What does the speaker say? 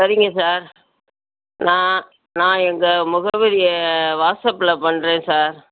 சரிங்க சார் நான் நான் எங்கள் முகவரியை வாட்ஸ்அப்பில் பண்ணுறேன் சார்